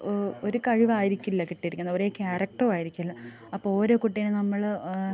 ഒരു കഴിവായിരിക്കില്ല കിട്ടിയിരിക്കുന്നത് ഒരേ ക്യാരക്ടറും ആയിരിക്കില്ല അപ്പോൾ ഓരോ കുട്ടിയെയും നമ്മൾ